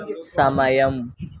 సమయం